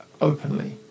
openly